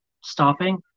stopping